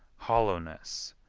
hollowness,